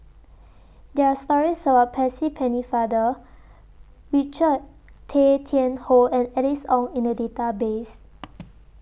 There Are stories about Percy Pennefather Richard Tay Tian Hoe and Alice Ong in The Database